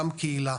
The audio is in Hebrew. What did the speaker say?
גם קהילה,